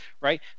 right